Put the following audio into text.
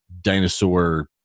dinosaur